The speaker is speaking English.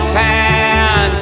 town